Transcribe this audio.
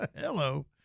Hello